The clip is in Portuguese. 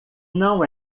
não